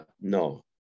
No